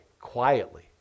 quietly